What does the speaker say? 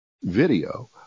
video